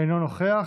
אינו נוכח.